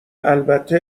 البته